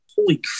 Holy